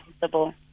possible